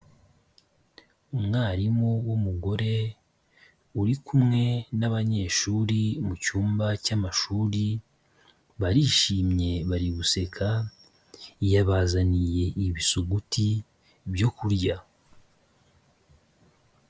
Umwarimu w'umugore uri kumwe n'abanyeshuri mu cyumba cy'amashuri barishimye bari guseka , yabazaniye ibisuguti byo kurya.